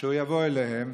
שהוא יבוא אליהם,